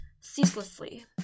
ceaselessly